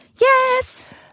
Yes